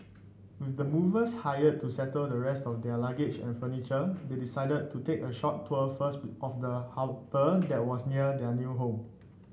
with the movers hired to settle the rest of their luggage and furniture they decided to take a short tour first of the harbour that was near their new home